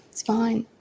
it's fine.